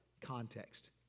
context